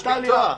אני איש מקצוע.